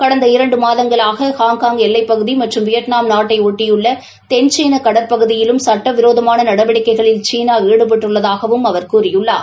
கடந்த இரண்டு மாதங்களாக ஹாங்ஹாங் எல்லைப் பகுதி மற்றம் வியாட்நாம் நாட்டை ஒட்டியுள்ள தென்சீன கடற்பகுதியிலும் சட்டவிரோதமான நடவடிக்கைகளில் சீனா ஈடுபட்டுள்ளதாகவும் அவர் கூறியுள்ளார்